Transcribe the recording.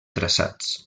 traçats